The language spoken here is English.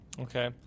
Okay